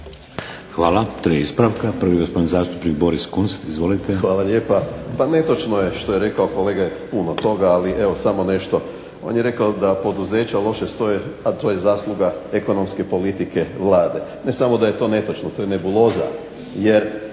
Hvala. Tri ispravka. Prvi gospodin zastupnik Boris Kunst. Izvolite. **Kunst, Boris (HDZ)** Hvala lijepa. Pa netočno je što je rekao kolega puno toga, ali evo samo nešto. On je rekao da poduzeća loše stoje, a to je zasluga ekonomske politike Vlade. Ne samo da je to netočno, to je nebuloza,